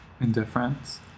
Indifference